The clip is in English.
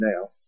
now